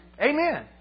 Amen